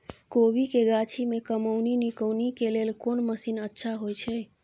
कोबी के गाछी में कमोनी निकौनी के लेल कोन मसीन अच्छा होय छै?